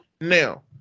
Now